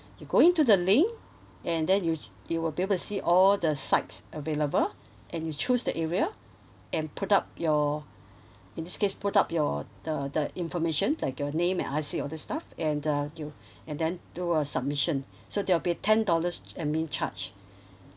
you going to the link and then you you will be able to see all the sites available and you choose the area and put up your in this case put up your the the information like your name and I_C all the stuff and uh you and then do a submission so there will be ten dollars admin charge